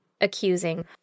accusing